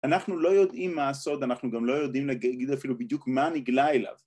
‫אנחנו לא יודעים מה הסוד, ‫אנחנו גם לא יודעים ‫להגיד אפילו בדיוק מה נגלה אליו.